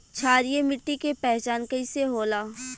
क्षारीय मिट्टी के पहचान कईसे होला?